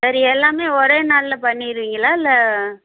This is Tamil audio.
சரி எல்லாமே ஒரே நாளில் பண்ணிடுவிங்களா இல்லை